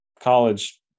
college